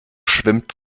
schwimmt